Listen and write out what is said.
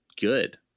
good